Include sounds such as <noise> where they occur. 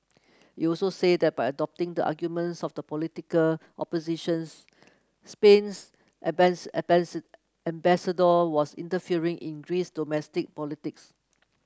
you also said that by adopting the arguments of the political oppositions Spain's <unintelligible> ambassador was interfering in Greece's domestic politics